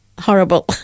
Horrible